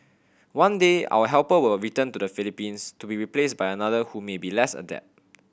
one day our helper will return to the Philippines to be replaced by another who may be less adept